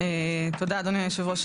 תודה אדוני יושב הראש,